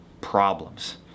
problems